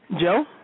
Joe